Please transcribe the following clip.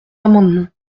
amendement